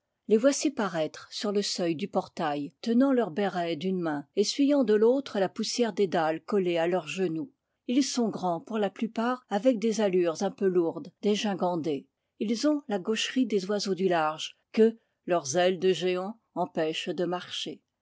les voici paraître sur le seuil du portail tenant leur béret d'une main essuyant de l'autre la poussière des dalles collée à leurs genoux ils sont grands pour la plupart avec des allures un peu lourdes dégingandées ils ont la gaucherie des oiseaux du large que leurs ailes de géants empêchent de marcher